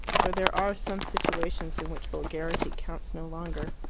for there are some situations in which vulgarity counts no longer.